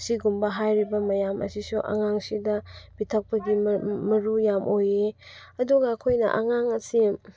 ꯁꯤꯒꯨꯝꯕ ꯍꯥꯏꯔꯤꯕ ꯃꯌꯥꯝ ꯑꯁꯤꯁꯨ ꯑꯉꯥꯡꯁꯤꯗ ꯄꯤꯊꯛꯄꯒꯤ ꯃꯔꯨ ꯌꯥꯝ ꯑꯣꯏꯌꯦ ꯑꯗꯨꯒ ꯑꯩꯈꯣꯏꯅ ꯑꯉꯥꯡ ꯑꯁꯦ